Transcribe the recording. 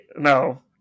no